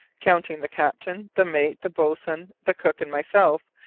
counting the captain, the mate, the boatswain, the cook and myself,